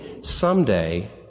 someday